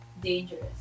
dangerous